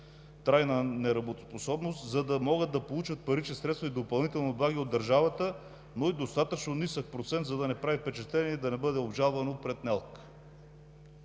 трайна неработоспособност, за да могат да получат парични средства и допълнителни облаги от държавата, но и достатъчно нисък процент, за да не прави впечатление и да не бъде обжалвано пред НЕЛК.